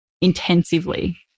intensively